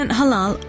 halal